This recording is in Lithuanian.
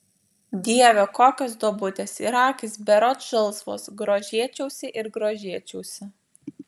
dieve kokios duobutės ir akys berods žalsvos grožėčiausi ir grožėčiausi